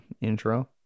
intro